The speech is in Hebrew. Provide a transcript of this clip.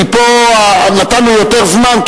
כי פה נתנו יותר זמן,